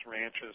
ranches